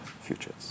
futures